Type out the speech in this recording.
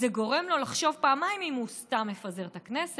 זה גורם לו לחשוב פעמיים אם הוא סתם מפזר את הכנסת,